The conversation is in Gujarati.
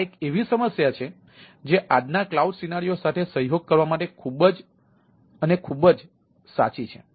અને આ એક એવી સમસ્યા છે જે આજના ક્લાઉડ સિનારિયો સાથે સહયોગ કરવા માટે ખૂબ જ અને ખૂબ સાચી